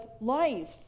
life